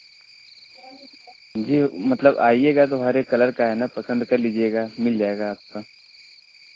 जी मतलब आईएगा तो हर एक कलर का है न पसंद कर लीजिएगा मिल जाएगा आपका